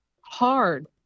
hard